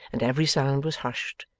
and every sound was hushed,